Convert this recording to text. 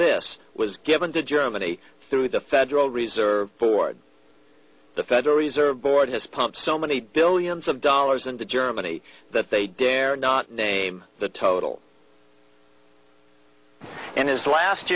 this was given to germany through the federal reserve board the federal reserve board has pumped so many billions of dollars into germany that they dare not name the total in his last